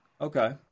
okay